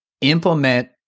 implement